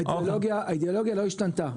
האידיאולוגיה לא השתנתה.